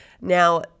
Now